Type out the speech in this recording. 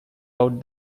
out